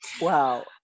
Wow